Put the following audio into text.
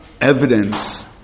evidence